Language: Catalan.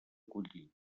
collir